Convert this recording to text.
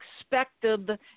expected